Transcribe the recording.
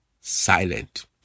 silent